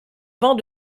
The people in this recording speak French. vent